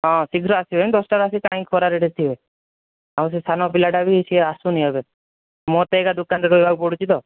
ହଁ ଶୀଘ୍ର ଆସିବେନି ଦଶଟାରେ ଆସିକି କାହିଁ ଖରାରେ ଏଠି ଥିବେ ଆଉ ସେ ସାନ ପିଲାଟା ବି ସିଏ ଆସୁନି ଏବେ ମୋତେ ଏକା ଦୋକାନରେ ରହିବାକୁ ପଡ଼ୁଛି ତ